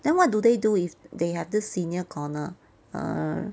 then what do they do if they have this senior corner uh